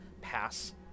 pass